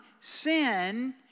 sin